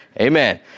Amen